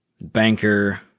banker